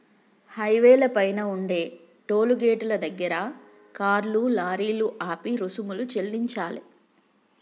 హైవేల పైన ఉండే టోలు గేటుల దగ్గర కార్లు, లారీలు ఆపి రుసుము చెల్లించాలే